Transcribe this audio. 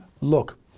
Look